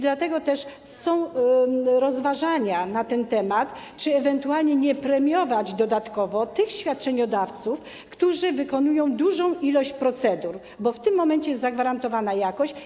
Dlatego też rozważa się to, czy ewentualnie nie premiować dodatkowo tych świadczeniodawców, którzy wykonują dużą ilość procedur, bo w tym momencie jest zagwarantowana jakość.